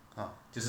orh